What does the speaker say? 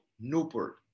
Newport